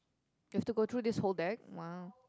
you've to go through this whole deck !wow!